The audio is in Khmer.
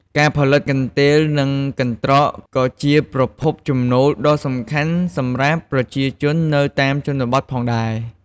ការផលិតកន្ទេល និងកន្ត្រកក៏ជាប្រភពចំណូលដ៏សំខាន់សម្រាប់ប្រជាជននៅតាមជនបទផងដែរ។